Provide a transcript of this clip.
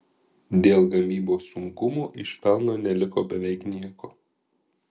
dėl gamybos sunkumų iš pelno neliko beveik nieko